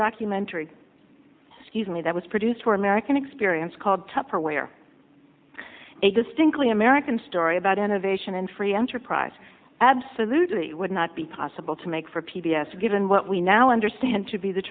documentary easily that was produced for american experience called tupperware a distinctly american story about innovation and free enterprise absolutely would not be possible to make for p b s given what we now understand to be the